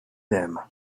them